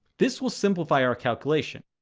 this will simplify our calculation.